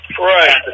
Right